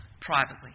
privately